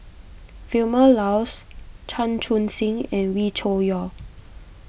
Vilma Laus Chan Chun Sing and Wee Cho Yaw